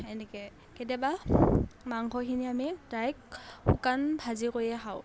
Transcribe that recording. এনেকৈ কেতিয়াবা মাংসখিনি আমি ডাইৰেক্ট শুকান ভাজি কৰিয়ে খাওঁ